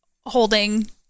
holding